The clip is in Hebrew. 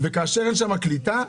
וכאשר אין שם קליטה,